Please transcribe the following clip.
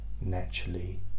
naturally